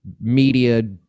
media